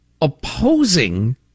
opposing